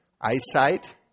eyesight